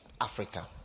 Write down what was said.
Africa